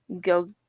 go